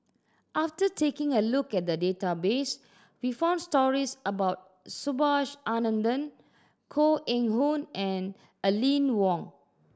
after taking a look at the database we found stories about Subhas Anandan Koh Eng Hoon and Aline Wong